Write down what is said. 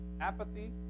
Apathy